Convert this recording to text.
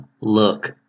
look